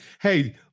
hey